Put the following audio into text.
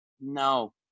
No